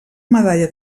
medalla